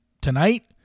tonight